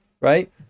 right